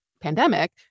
pandemic